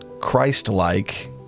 Christ-like